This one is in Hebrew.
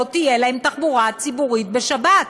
לא תהיה להם תחבורה ציבורית בשבת?